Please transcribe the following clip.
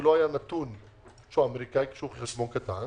כי לא היה נתון שהוא אמריקאי כשהוא היה חשבון קטן,